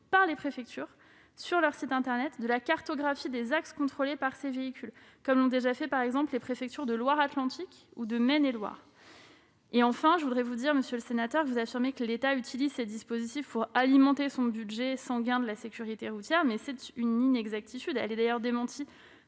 par les préfectures, sur leur site internet, de la cartographie des axes contrôlés par ces véhicules, comme l'ont déjà fait les préfectures de Loire-Atlantique et de Maine-et-Loire. Enfin, monsieur le sénateur, vous affirmez que l'État utilise ces dispositifs pour alimenter son budget, sans gain pour la sécurité routière. C'est une inexactitude démentie par les documents